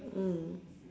mm